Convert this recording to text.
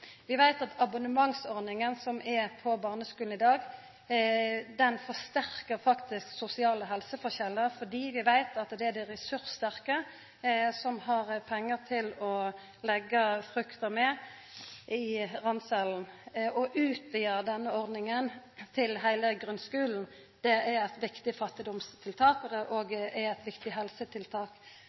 Vi veit at abonnementsordninga på barneskulane i dag faktisk forsterkar sosiale helseforskjellar, for vi veit at det er dei ressurssterke som har pengar til å leggja frukt med i ranselen. Å utvida denne ordninga til heile grunnskulen er eit viktig fattigdomstiltak. Det er òg eit viktig helsetiltak.